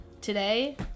today